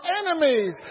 enemies